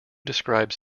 described